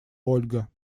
ольга